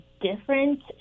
different